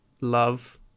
love